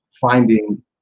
finding